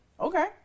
Okay